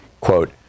Quote